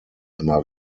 immer